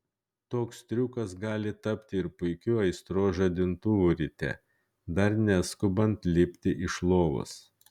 toks triukas gali tapti ir puikiu aistros žadintuvu ryte dar neskubant lipti iš lovos